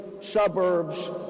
suburbs